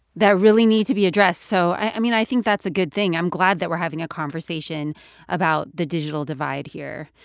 that really need to be addressed. so, i mean, i think that's a good thing. i'm glad that we're having a conversation about the digital divide here.